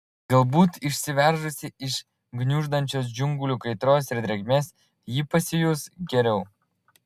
galbūt išsiveržusi iš gniuždančios džiunglių kaitros ir drėgmės ji pasijus geriau